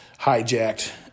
hijacked